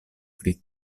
pri